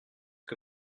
que